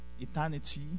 eternity